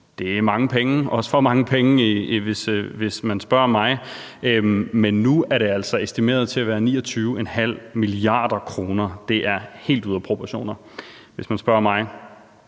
Det er mange penge, også for mange penge, hvis man spørger mig. Men nu er det altså estimeret til at være 29,5 mia. kr., og det er helt ude af proportioner, hvis man spørger mig,